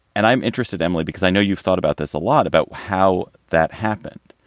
and i'm interested, emily, because i know you've thought about this a lot about how that happened.